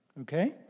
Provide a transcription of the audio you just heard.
Okay